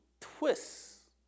twists